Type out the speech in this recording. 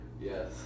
Yes